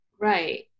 Right